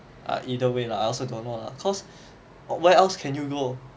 ah either way lah I also don't know lah cause where else can you go